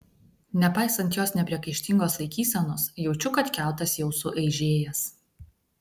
nepaisant jos nepriekaištingos laikysenos jaučiu kad kiautas jau suaižėjęs